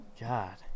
God